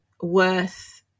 worth